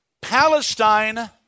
Palestine